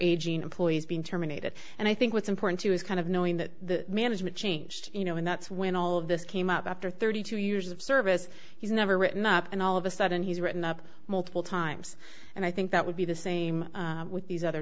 agene employees being terminated and i think what's important to is kind of knowing that management changed you know and that's when all of this came up after thirty two years of service he's never written up and all of a sudden he's written up multiple times and i think that would be the same with these other